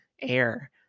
air